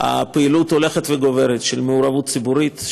הפעילות ההולכת וגוברת של מעורבות ציבורית,